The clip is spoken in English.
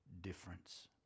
difference